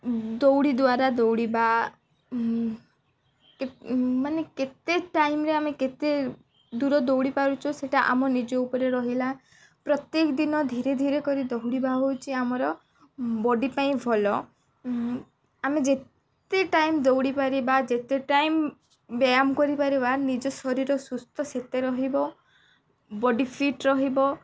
ଦୌଡ଼ି ଦ୍ୱାରା ଦୌଡ଼ିବା ମାନେ କେତେ ଟାଇମ୍ରେ ଆମେ କେତେ ଦୂର ଦୌଡ଼ି ପାରୁଛୁ ସେଇଟା ଆମ ନିଜ ଉପରେ ରହିଲା ପ୍ରତ୍ୟେକ ଦିନ ଧୀରେ ଧୀରେ କରି ଦୌଡ଼ିବା ହେଉଛି ଆମର ବଡି ପାଇଁ ଭଲ ଆମେ ଯେତେ ଟାଇମ୍ ଦୌଡ଼ିପାରିବା ଯେତେ ଟାଇମ୍ ବ୍ୟାୟାମ କରିପାରିବା ନିଜ ଶରୀର ସୁସ୍ଥ ସେତେ ରହିବ ବଡି ଫିଟ୍ ରହିବ